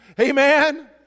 Amen